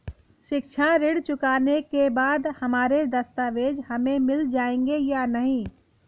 शिक्षा ऋण चुकाने के बाद हमारे दस्तावेज हमें मिल जाएंगे या नहीं?